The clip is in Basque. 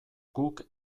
guk